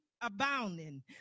abounding